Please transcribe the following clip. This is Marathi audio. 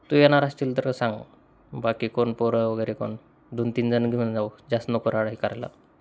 तू येणार असशील तरचं सांग बाकी कोण पोरं वगैरे कोण दोन तीन जण घेऊन जाऊ जास्त नको राडा हे करायला